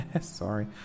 sorry